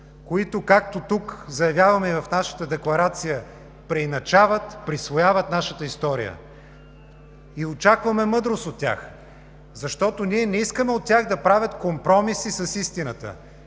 които, както тук заявяваме и в нашата декларация, преиначават, присвояват нашата история. Очакваме мъдрост от тях, защото не искаме от тях да правят компромиси с истината.